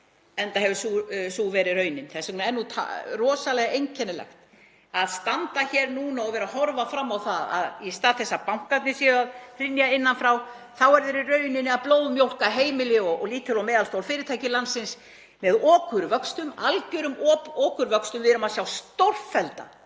enda hefur sú verið raunin. Þess vegna er rosalega einkennilegt að standa hér núna og vera að horfa fram á það að í stað þess að bankarnir séu að hrynja innan frá þá eru þeir í rauninni að blóðmjólka heimili og lítil og meðalstór fyrirtæki landsins með okurvöxtum, algjörum okurvöxtum. Við erum að sjá stórfellda